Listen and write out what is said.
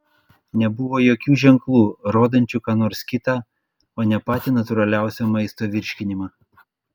nebuvo jokių ženklų rodančių ką nors kitą o ne patį natūraliausią maisto virškinimą